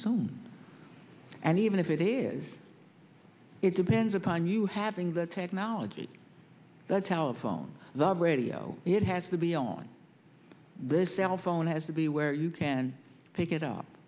soon and even if it is it depends upon you having the technology that telephone the radio it has to be on the cell phone has to be where you can pick it up